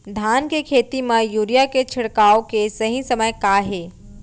धान के खेती मा यूरिया के छिड़काओ के सही समय का हे?